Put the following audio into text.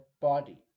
body